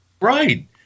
Right